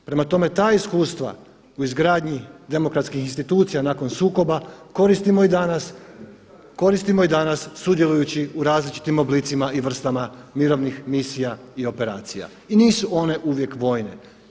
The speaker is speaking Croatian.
Prema tome ta iskustva u izgradnji demokratskih institucija nakon sukoba koristimo i danas, koristimo i danas sudjelujući u različitim oblicima i vrstama mirovnih misija i operacija i nisu one uvijek vojne.